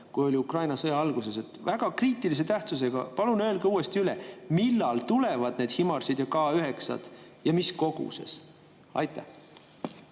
meil oli Ukraina sõja alguses. See on väga kriitilise tähtsusega. Palun öelge uuesti, millal tulevad need HIMARS‑id ja K9‑d ja mis koguses. Aitäh!